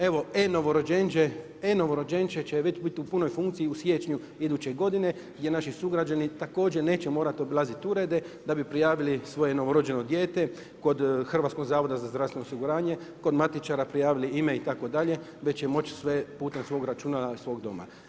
Evo e-novorođenče će već biti u punoj funkciji u siječnju iduće godine gdje naši sugrađani također neće morati obilaziti urede da bi prijavili svoje novorođeno dijete kod Hrvatskog zavoda za zdravstveno osiguranje, kod matičara prijavili ime itd. već će moći sve putem svog računa od svog doma.